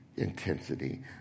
intensity